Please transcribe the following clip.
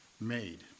made